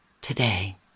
today